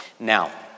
Now